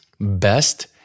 best